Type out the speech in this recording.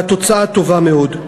והתוצאה טובה מאוד.